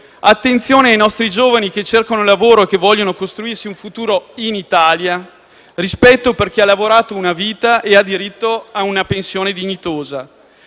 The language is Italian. attenzione ai nostri giovani che cercano lavoro e che vogliono costruirsi un futuro in Italia; rispetto per chi ha lavorato una vita e ha diritto a una pensione dignitosa;